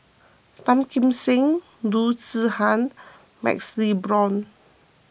Tan Kim Seng Loo Zihan MaxLe Blond